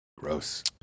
Gross